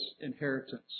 inheritance